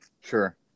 Sure